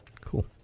cool